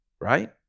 right